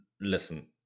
Listen